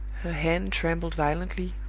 her hand trembled violently,